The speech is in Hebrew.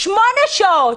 שמונה שעות,